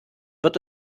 wird